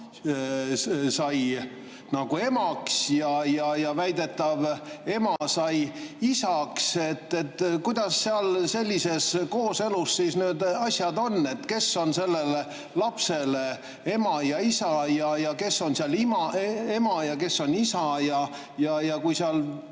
sai nagu emaks ja väidetav ema sai isaks. Kuidas sellises kooselus siis need asjad on? Kes on sellele lapsele ema ja kes isa? Kes on seal ema ja kes on isa? Ja kui seal